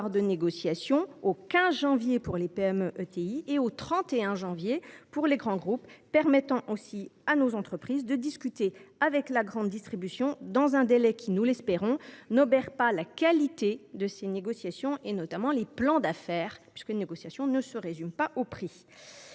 de négociation au 15 janvier pour les PME et ETI et au 31 janvier pour les grands groupes, permettant ainsi à nos entreprises de discuter avec la grande distribution dans un délai qui, nous l’espérons, n’obérera pas la qualité de ces négociations, notamment les plans d’affaires, car il ne s’agit pas seulement de la